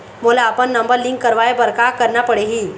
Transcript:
मोला अपन number link करवाये बर का करना पड़ही?